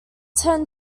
ten